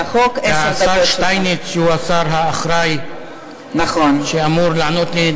שהוא השר האחראי, שאמור לענות לי,